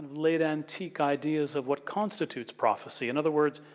late antique ideas of what constitutes prophesy. in other words,